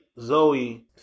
Zoe